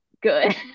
good